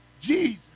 Jesus